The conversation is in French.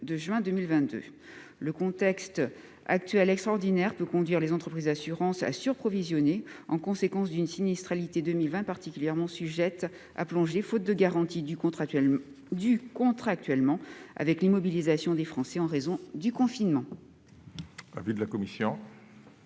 Le contexte actuel, extraordinaire, peut conduire les entreprises d'assurances à surprovisionner, à la suite d'une sinistralité 2020 particulièrement sujette à plonger, faute de garanties dues contractuellement, avec l'immobilisation des Français en raison du confinement.